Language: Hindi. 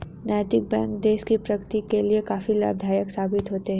नैतिक बैंक देश की प्रगति के लिए काफी लाभदायक साबित होते हैं